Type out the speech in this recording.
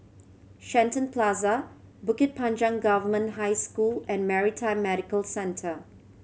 Shenton Plaza Bukit Panjang Government High School and Maritime Medical Centre